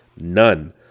None